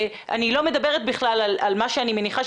אני לא מדברת בכלל על מה שאני מניחה,